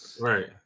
Right